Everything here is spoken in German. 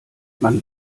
man